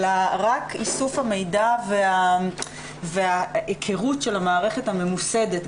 אלא רק איסוף המידע וההיכרות של המערכת הממוסדת,